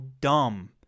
dumb